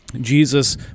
jesus